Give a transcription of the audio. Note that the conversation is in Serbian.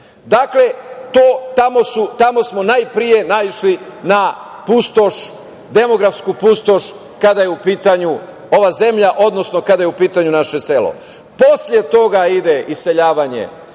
tamo smo najpre naišli na pustoš, demografsku pustoš kada je u pitanju ova zemlja, odnosno kada je u pitanju naše selo.